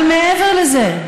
אבל מעבר לזה,